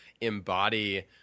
embody